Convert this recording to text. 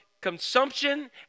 consumption